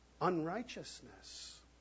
unrighteousness